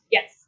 Yes